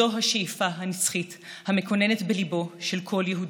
זו השאיפה הנצחית המקננת בליבו של כל יהודי.